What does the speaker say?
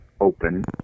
Open